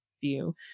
view